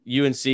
UNC